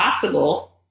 possible